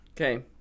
Okay